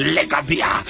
Legadia